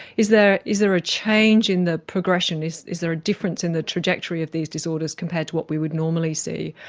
is there is there a change in the progression, is is there a difference in the trajectory of these disorders compared to what we would normally see.